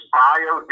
bio